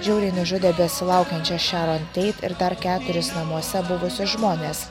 žiauriai nužudė besilaukiančią šeron teit ir dar keturis namuose buvusius žmones